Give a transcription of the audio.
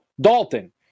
Dalton